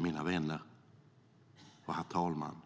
Mina vänner och herr talman!